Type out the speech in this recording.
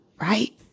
right